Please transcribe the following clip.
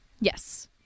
Yes